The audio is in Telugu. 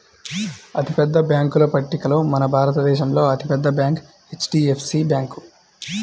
అతిపెద్ద బ్యేంకుల పట్టికలో మన భారతదేశంలో అతి పెద్ద బ్యాంక్ హెచ్.డీ.ఎఫ్.సీ బ్యాంకు